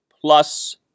plus